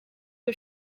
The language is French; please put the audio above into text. que